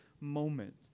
moment